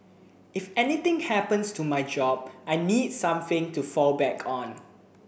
if anything happens to my job I need something to fall back on